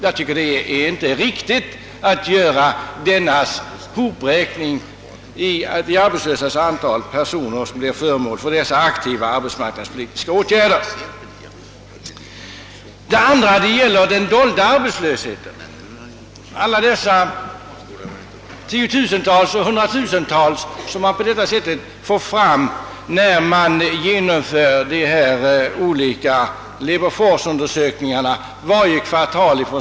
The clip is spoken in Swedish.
Jag tycker inte det är riktigt att som arbetslösa räkna alla dem som är föremål för aktiva arbetsmarknadspolitiska åtgärder. Sedan har vi också en dold arbetslöshet. Det är alla de tiotusentals och hundratusentals människor som räknas fram i statistiska centralbyråns labour force-undersökningar varje kvartal.